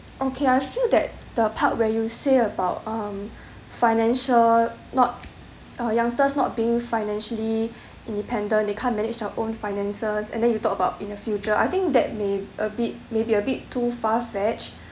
okay I feel that the part where you say about um financial not uh youngsters not being financially independent they can't manage their own finances and then you talk about in the future I think that may a bit maybe a bit too far fetched